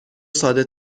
ساده